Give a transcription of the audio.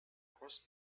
crossed